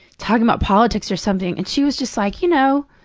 talking about politics or something and she was just like, you know.